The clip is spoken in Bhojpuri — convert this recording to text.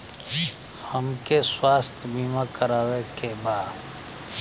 हमके स्वास्थ्य बीमा करावे के बा?